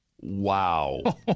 Wow